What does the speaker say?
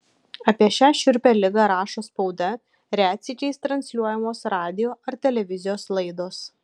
apie šią šiurpią ligą rašo spauda retsykiais transliuojamos radijo ar televizijos laidos